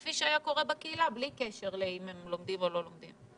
כפי שהיה קורה בקהילה בלי קשר לאם הם לומדים או לא לומדים.